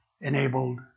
enabled